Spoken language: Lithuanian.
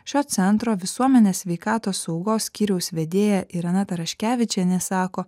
šio centro visuomenės sveikatos saugos skyriaus vedėja irena taraškevičienė sako